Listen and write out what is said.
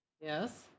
Yes